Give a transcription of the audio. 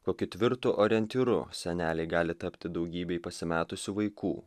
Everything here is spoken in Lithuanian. kokiu tvirtu orientyru seneliai gali tapti daugybei pasimetusių vaikų